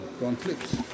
conflicts